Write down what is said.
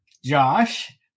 Josh